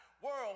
world